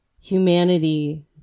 humanity